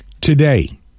today